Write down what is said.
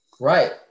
Right